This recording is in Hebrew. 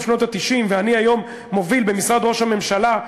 שנות ה-90 ואני היום מוביל במשרד ראש הממשלה,